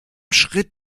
schritt